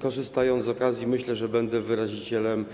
Korzystając z okazji - myślę, że będę wyrazicielem